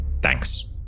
Thanks